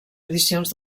edicions